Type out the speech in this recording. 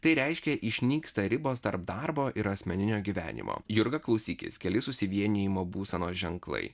tai reiškia išnyksta ribos tarp darbo ir asmeninio gyvenimo jurga klausykis keli susivienijimo būsenos ženklai